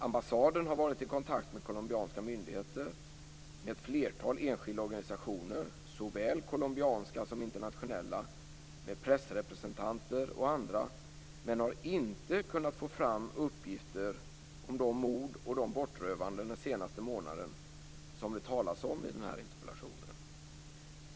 Ambassaden har varit i kontakt med colombianska myndigheter, med ett flertal enskilda organisationer, såväl colombianska som internationella, med pressrepresentanter och andra men har inte kunnat få fram uppgifter om de mord och de bortrövanden den senaste månaden som det talas om i den här interpellationen.